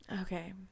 Okay